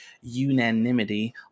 unanimity